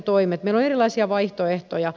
meillä on erilaisia vaihtoehtoja